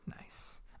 Nice